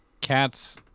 cats